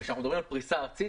כשאנחנו מדברים על פריסה ארצית,